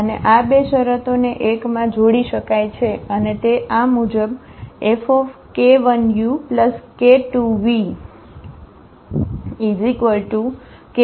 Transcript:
અને આ બે શરતોને એકમાં જોડી શકાય છે અને તે આ મુજબ Fk1uk2vk1Fuk2Fv છે